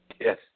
Yes